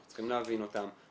אנחנו צריכים להבין אותן,